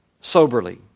soberly